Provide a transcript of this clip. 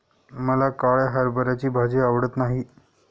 मला काळ्या हरभऱ्याची भाजी आवडत नाही